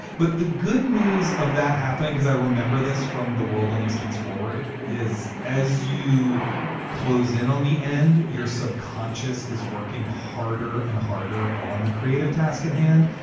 but the good news of that happening, because i remember this from the world only spins forward is as you close in on the end, your subconscious is working harder and harder on the creative task at hand.